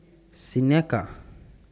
Seneca